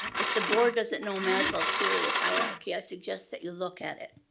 if the board doesn't know maslow's theory of hierarchy i suggest that you look at it.